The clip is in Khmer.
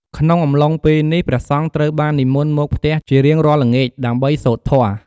ក្នុងអំឡុងពេលនេះ ព្រះសង្ឃត្រូវបាននិមន្តមកផ្ទះជារៀងរាល់ល្ងាច ដើម្បីសូត្រធម៌។